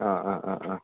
ആ ആ ആ ആ